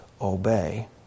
obey